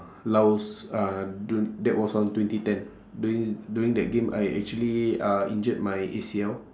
laos uh du~ that was on twenty ten during during that game I actually uh injured my A_C_L